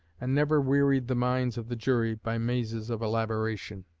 and never wearied the minds of the jury by mazes of elaboration.